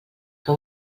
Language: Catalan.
que